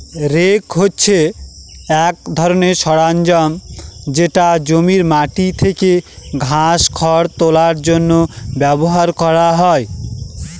rake হছে এক ধরনের সরঞ্জাম যেটা জমির মাটি থেকে ঘাস, খড় তোলার জন্য ব্যবহার করা হয়